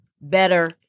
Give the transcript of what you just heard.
better